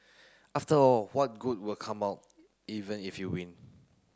after all what good will come out even if you win